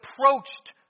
approached